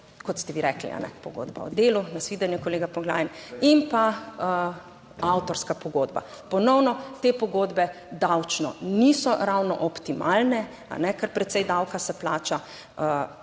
kot ste vi rekli, pogodba o delu, na svidenje, kolega Poglajen, in pa avtorska pogodba. Ponovno te pogodbe davčno niso ravno optimalne, kar precej davka se plača.